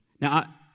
Now